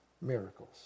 miracles